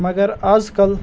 مگر آز کَل